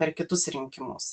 per kitus rinkimus